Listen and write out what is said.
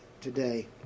today